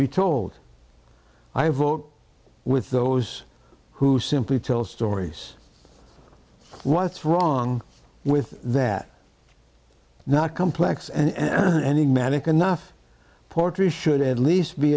be told i vote with those who simply tell stories what's wrong with that not complex and any magic enough portree should at least be